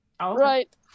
Right